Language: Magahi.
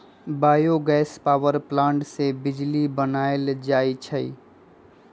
बायो गैस पावर प्लांट से बिजली बनाएल जाइ छइ